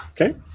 Okay